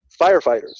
firefighters